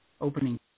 opening